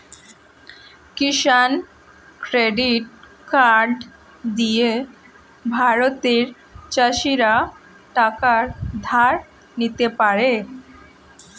কিষান credit card দিয়ে ভারতের চাষীরা টাকা ধার নিতে পারে